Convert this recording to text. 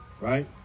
right